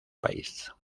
país